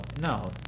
no